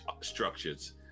structures